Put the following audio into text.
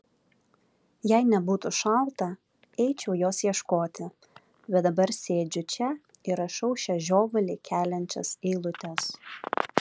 jei nebūtų šalta eičiau jos ieškoti bet dabar sėdžiu čia ir rašau šias žiovulį keliančias eilutes